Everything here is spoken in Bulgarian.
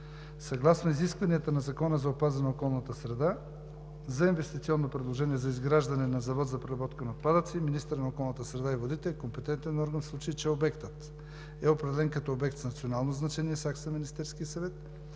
Съгласно изискванията на Закона за опазване на околната среда за инвестиционно предложение за изграждане на завод за преработка на отпадъци министърът на околната среда и водите е компетентният орган, в случай че обектът е определен като обект с национално значение с акт на Министерския съвет;